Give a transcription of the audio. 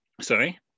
Sorry